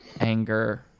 anger